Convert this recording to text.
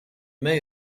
may